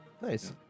nice